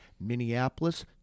minneapolis